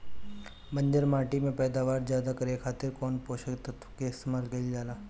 बंजर माटी के पैदावार ज्यादा करे खातिर कौन पोषक तत्व के इस्तेमाल कईल जाला?